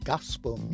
Gospel